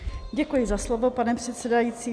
Děkuji za slovo, pane předsedající.